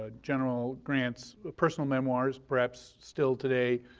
ah general grants, personal memoirs, perhaps still today.